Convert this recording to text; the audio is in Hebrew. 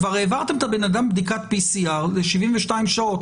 כבר העברתם את הבן אדם בדיקת PCR ל-72 שעות,